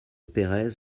perez